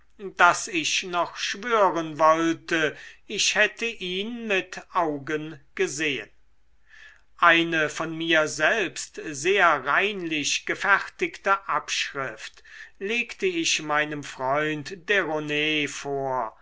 daß ich noch schwören wollte ich hätte ihn mit augen gesehen eine von mir selbst sehr reinlich gefertigte abschrift legte ich meinem freund derones vor